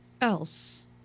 else